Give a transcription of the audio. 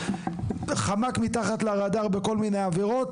חמק מתחת לרדאר בכל מיני עבירות.